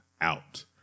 out